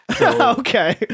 okay